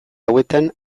hauetan